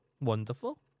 Wonderful